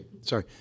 sorry